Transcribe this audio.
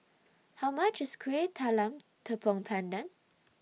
How much IS Kuih Talam Tepong Pandan